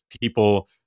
people